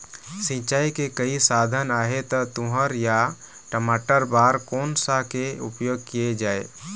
सिचाई के कई साधन आहे ता तुंहर या टमाटर बार कोन सा के उपयोग किए जाए?